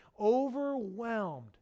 overwhelmed